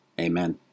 amen